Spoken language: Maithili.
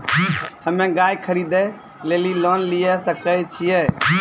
हम्मे गाय खरीदे लेली लोन लिये सकय छियै?